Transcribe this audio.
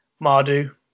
Mardu